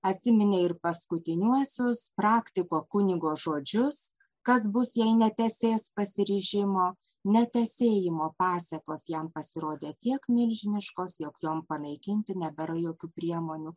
atsiminė ir paskutiniuosius praktiko kunigo žodžius kas bus jei netesės pasiryžimo netesėjimo pasėkos jam pasirodė kiek milžiniškos jog jom panaikinti nebėra jokių priemonių